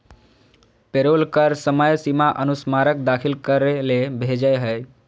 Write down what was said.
payroll कर समय सीमा अनुस्मारक दाखिल करे ले भेजय हइ